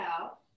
out